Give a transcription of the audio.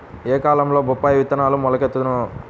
ఏ కాలంలో బొప్పాయి విత్తనం మొలకెత్తును?